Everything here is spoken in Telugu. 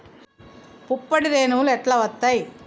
పుప్పొడి రేణువులు ఎట్లా వత్తయ్?